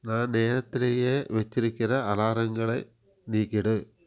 நான் நேரத்திலேயே வெச்சுருக்கிற அலாரங்களை நீக்கிவிடு